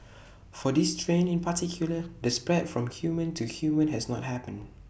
for this strain in particular the spread from human to human has not happened